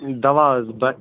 دَوا حظ بَ